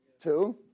Two